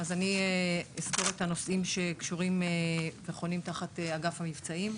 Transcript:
אני אסקור את הנושאים שקשורים לאגף המבצעים.